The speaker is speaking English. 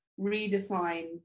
redefine